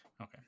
Okay